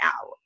out